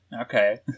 Okay